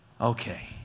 Okay